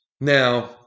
Now